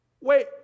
Wait